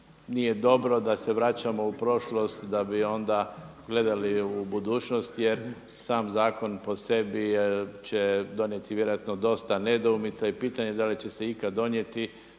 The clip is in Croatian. nije dobro da se vraćamo u prošlost da bi onda gledali u budućnost, jer sam zakon po sebi će donijeti vjerojatno dosta nedoumica i pitanje je da li će se ikad donijeti